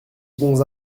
bons